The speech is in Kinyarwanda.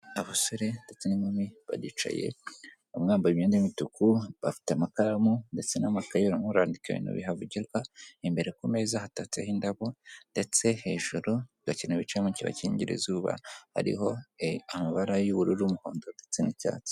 Abasore ndetse n'inkumi baricaye. Bamwe bambaye imyenda mituku, bafite amakaramu ndetse n'amakaye barimo barandika ibintu bihavugirwa, imbere ku meza hatatseho indabo ndetse hejuru hari ikintu bicayemo kibakingira izuba, hariho amabara y'ubururu umuhondo ndetse n'icyatsi.